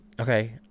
Okay